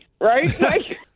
right